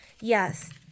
yes